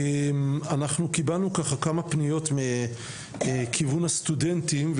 אנחנו קיבלנו כמה פניות מכיוון הסטודנטים.